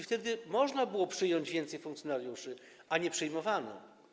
Wtedy można było przyjąć więcej funkcjonariuszy, a nie przyjmowano.